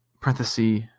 Parenthesis